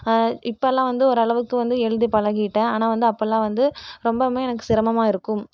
இப்போல்லாம் வந்து ஓரளவுக்கு வந்து எழுதி பழகிட்டேன் ஆனால் வந்து அப்போலாம் வந்து ரொம்ப ரொம்ப எனக்கு சிரமமாக இருக்கும்